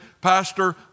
Pastor